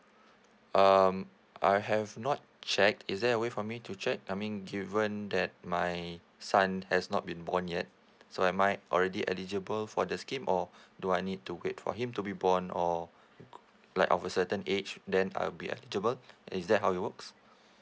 um I have not checked is there a way for me to check I meant given that my son has not been born yet so I might already eligible for the scheme or do I need to wait for him to be born or like of a certain age then I'll be eligible is that how it works